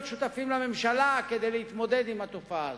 שותפים לממשלה כדי להתמודד עם התופעה הזאת.